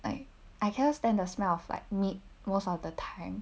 I I cannot stand the smell of like meat of the time